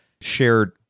shared